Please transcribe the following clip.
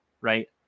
Right